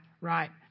right